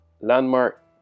landmark